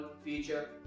feature